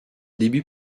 débuts